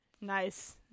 Nice